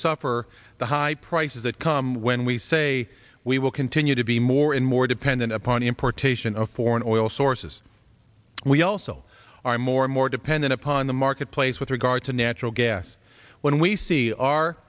suffer the high prices that come when we say we will continue to be more and more dependent upon the importation of foreign oil sources we also are more and more dependent upon the marketplace with regard to natural gas when we see